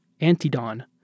Antidon